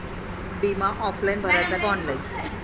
बिमा ऑफलाईन भराचा का ऑनलाईन?